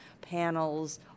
Panels